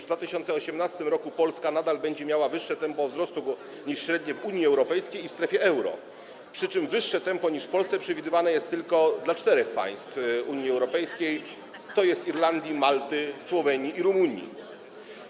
W 2018 r. Polska nadal będzie miała wyższe tempo wzrostu niż średnie w Unii Europejskiej i w strefie euro, przy czym wyższe tempo niż w Polsce przewidywane jest tylko dla czterech państw Unii Europejskiej, tj. Irlandii, Malty, Słowenii i Rumunii.